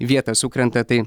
vietą sukrenta tai